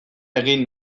egin